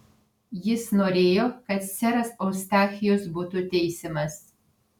jis norėjo kad seras eustachijus būtų teisiamas